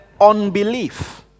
unbelief